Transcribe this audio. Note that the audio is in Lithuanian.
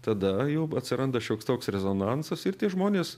tada jau atsiranda šioks toks rezonansas ir tie žmonės